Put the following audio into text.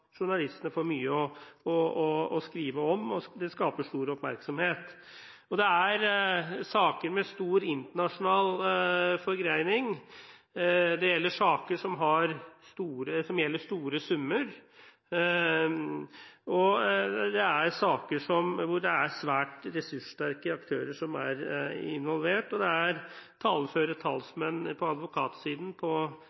journalistene også får mye å skrive om, og det skaper stor oppmerksomhet. Dette er saker med store internasjonale forgreninger, og det er saker som gjelder store summer. Det er saker hvor det er svært ressurssterke aktører som er involvert, og det er taleføre